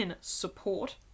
support